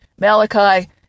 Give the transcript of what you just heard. Malachi